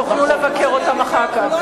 תוכלו לבקר אותן אחר כך.